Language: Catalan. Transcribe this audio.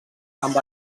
amb